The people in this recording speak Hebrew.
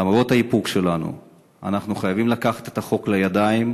למרות האיפוק שלנו אנחנו חייבים לקחת את החוק לידיים